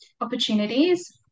opportunities